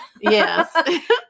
yes